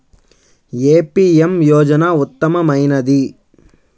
ఏ PM యోజన ఉత్తమమైనది?